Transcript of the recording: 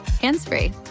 hands-free